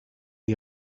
est